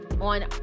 on